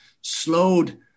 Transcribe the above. slowed